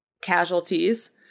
casualties